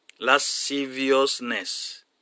Lasciviousness